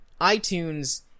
iTunes